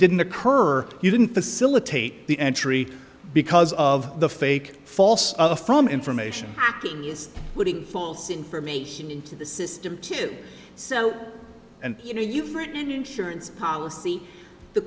didn't occur you didn't facilitate the entry because of the fake false from information acting is putting false information into the system too so and you know you've written an insurance policy the